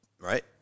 right